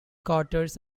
quarters